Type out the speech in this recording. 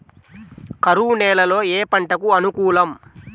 కరువు నేలలో ఏ పంటకు అనుకూలం?